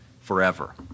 forever